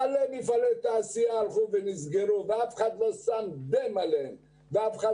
המון מפעלי תעשייה נסגרו ואף אחד לא שם ואף אחד